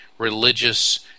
religious